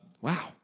Wow